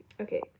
Okay